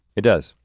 it does,